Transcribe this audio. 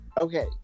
Okay